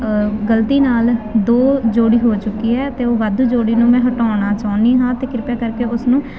ਗਲਤੀ ਨਾਲ ਦੋ ਜੋੜੀ ਹੋ ਚੁੱਕੀ ਹੈ ਅਤੇ ਉਹ ਵੱਧ ਜੋੜੀ ਨੂੰ ਮੈਂ ਹਟਾਉਣਾ ਚਾਹੁੰਦੀ ਹਾਂ ਅਤੇ ਕਿਰਪਾ ਕਰਕੇ ਉਸਨੂੰ